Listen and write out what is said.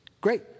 Great